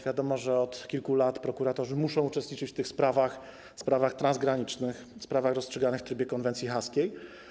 Wiadomo, że od kilku lat prokuratorzy muszą uczestniczyć w sprawach transgranicznych, sprawach rozstrzyganych w trybie konwencji haskiej.